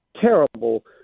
terrible